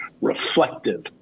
reflective